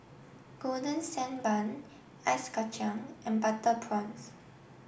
Golden Sand Bun Ice Kachang and Butter Prawns